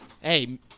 Hey